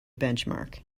benchmark